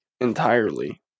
entirely